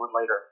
later